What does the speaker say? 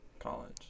College